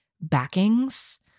backings